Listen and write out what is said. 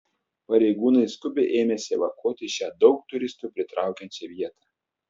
pareigūnai skubiai ėmėsi evakuoti šią daug turistų pritraukiančią vietą